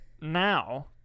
now